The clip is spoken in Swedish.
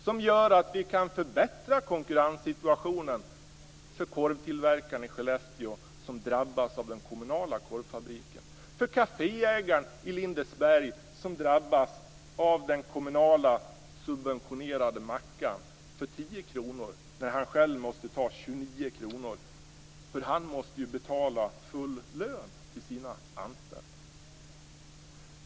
Det gör att vi kan förbättra konkurrenssituationen för korvtillverkaren i Skellefteå, som drabbas av den kommunala korvfabriken, och för kaféägaren i Lindesberg, som drabbas av den kommunalt subventionerade mackan för 10 kr när han själv måste ta 29 kr eftersom han måste betala full lön för sina anställda.